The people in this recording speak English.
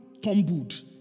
tumbled